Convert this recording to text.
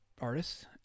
artists